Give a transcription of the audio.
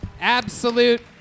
Absolute